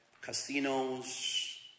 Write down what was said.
casinos